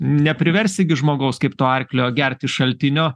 nepriversi gi žmogaus kaip to arklio gert iš šaltinio